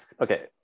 Okay